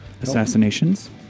Assassinations